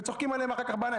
וצוחקים עליהם אחר כך בעיניים,